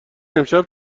امشب